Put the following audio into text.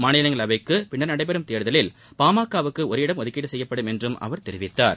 மாநிலங்களவைக்கு பின்னர் நடைபெறும் தேர்தலில் பாமகவுக்கு ஒரு இடம் ஒதுக்கீடு செய்யப்படும் என்றும் அவர் தெரிவித்தார்